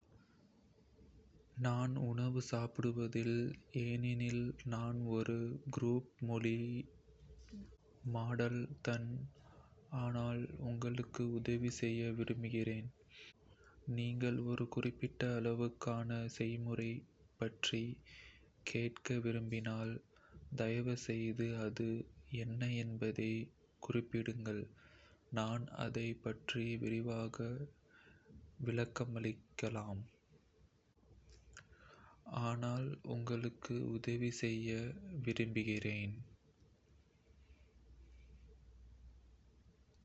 நான் உணவு சாப்பிடுவதில்லை, ஏனெனில் நான் ஒரு குரூப் மொழி மாடல் தான். ஆனால், உங்களுக்கு உதவி செய்ய விரும்புகிறேன் நீங்கள் ஒரு குறிப்பிட்ட உணவுக்கான செய்முறை பற்றி கேட்க விரும்பினால், தயவுசெய்து அது என்ன என்பதைக் குறிப்பிடுங்கள், நான் அதைப் பற்றி விரிவாக விளக்கமளிக்கலாம்